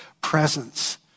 presence